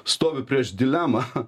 stovi prieš dilemą